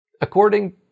According